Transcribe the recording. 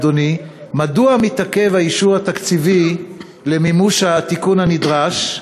אדוני: מדוע מתעכב האישור התקציבי למימוש התיקון הנדרש,